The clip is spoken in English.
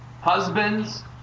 Husbands